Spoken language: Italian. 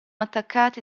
attaccati